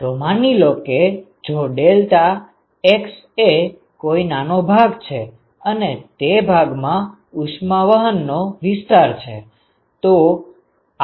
તો માની લો કે જો ડેલ્ટા X એ કોઇ નાનો ભાગ છે અને તે ભાગમાં ઉષ્મા વહનનો વિસ્તાર છે